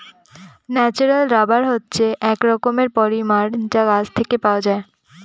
natural rubber হচ্ছে এক রকমের পলিমার যা গাছ থেকে পাওয়া যায়